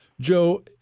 Joe